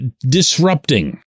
disrupting